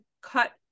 cut